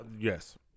yes